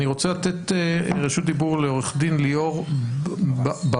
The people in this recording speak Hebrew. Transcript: אני רוצה לתת רשות דיבור לעו"ד ליאור ברס,